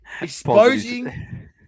Exposing